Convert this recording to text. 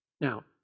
Now